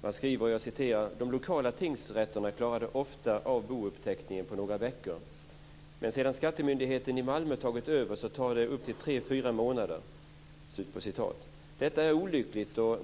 Det framgår att de lokala tingsrätterna ofta klarade av bouppteckningen på några veckor, men sedan Skattemyndigheten i Malmö tagit över tar det tre till fyra månader. Detta är olyckligt.